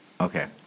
Okay